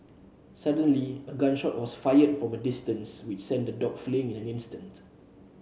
suddenly a gun shot was fired from a distance which sent the dogs fleeing in an instant